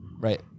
Right